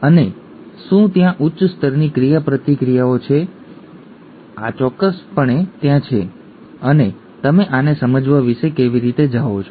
અને શું ત્યાં ઉચ્ચ સ્તરની ક્રિયાપ્રતિક્રિયાઓ છે યા ચોક્કસપણે ત્યાં છે અને તમે આને સમજવા વિશે કેવી રીતે જાઓ છો